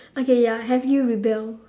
okay ya have you rebel